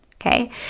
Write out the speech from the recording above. Okay